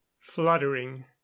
fluttering